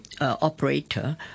operator